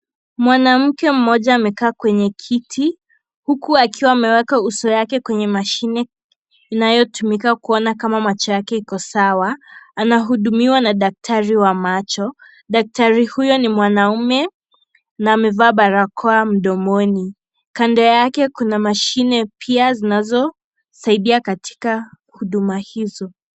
Mwanamke mmoja amekaa kwenye kiti. Huku akiwa ameweka uso wake kwenye mashine inayotumika kuona kama macho yake sawa. Anahudumiwa na daktari wa macho. Daktari huyo ni mwanamume na amevaa barakoa mdomoni. Kando yake kuna mashine pia zinazosaidia katika huduma hizo.